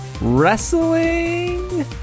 wrestling